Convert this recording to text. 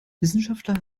wissenschaftler